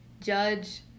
judge